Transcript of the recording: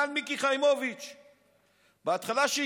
כנ"ל מיקי חיימוביץ'.